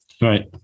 Right